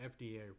FDA